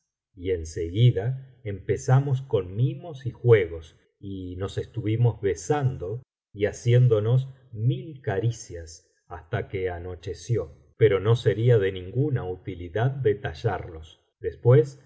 y en seguida empezamos con mimos y juegos y nos estuvimos besando y haciéndonos mil caricias hasta que anocheció pero no sería de ninguna utilidad detallarlos después